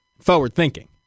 forward-thinking